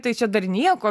tai čia dar nieko